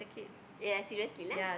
ya seriously lah